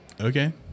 Okay